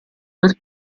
per